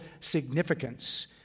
significance